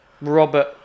Robert